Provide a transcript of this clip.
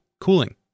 cooling